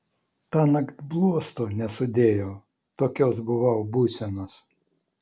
tąnakt bluosto nesudėjau tokios buvau būsenos